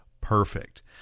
perfect